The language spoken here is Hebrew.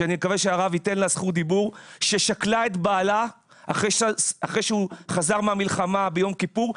ואני מקווה שהרב ייתן לה זכות דיבור אחרי שהוא חזר מהמלחמה ביום כיפור,